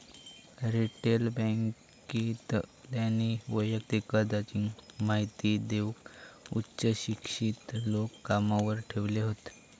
retail बॅन्केतल्यानी वैयक्तिक कर्जाची महिती देऊक उच्च शिक्षित लोक कामावर ठेवले हत